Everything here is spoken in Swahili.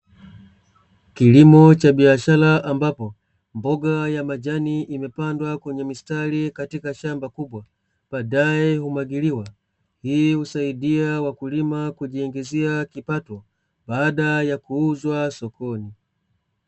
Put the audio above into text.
Kilimo cha biashara ambapo mboga ya majani imepandwa kwnywe mistari katika shamba kubwa. Baadae humwagiliwa ili kusaidia wakulima kujiingizia kipato baada ya kuuzwa sokoni.